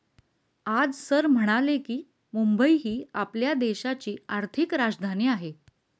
आज सर म्हणाले की, मुंबई ही आपल्या देशाची आर्थिक राजधानी आहे